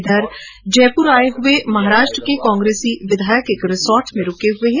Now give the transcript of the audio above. इधर जयपुर आए हुए महाराष्ट्र के कांग्रेसी विधायक एक रिसॉर्ट में रुके हुए हैं